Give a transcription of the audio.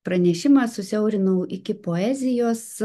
pranešimą susiaurinau iki poezijos